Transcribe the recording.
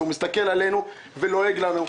הוא מסתכל עלינו ולועג לנו.